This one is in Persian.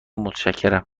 متشکرم